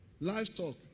livestock